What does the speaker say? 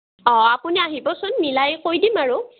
অঁ আপুনি আহিবচোন মিলাই কৈ দিম আৰু